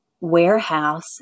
warehouse